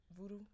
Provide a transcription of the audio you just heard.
voodoo